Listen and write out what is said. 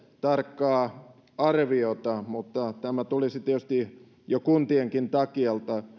tarkkaa arviota mutta tämä tulisi tietysti jo kuntienkin takia